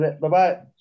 Bye-bye